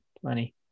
plenty